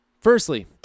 firstly